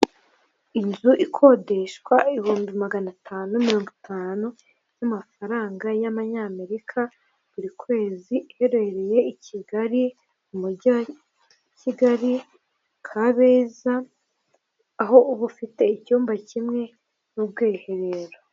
Inzu ikodeshwa ibihumbi magana atanu mirongo itanu y'amafaranga y'abanyamerika buri kwezi iherereye i Kigali mu mujyi wa kigali kabeza aho ifite icyumba kimwe n'ubwiherero.